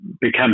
become